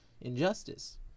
injustice